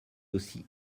aussi